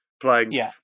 playing